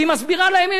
והיא מסבירה להם,